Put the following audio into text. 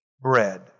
bread